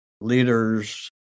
leaders